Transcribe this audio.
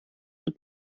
wird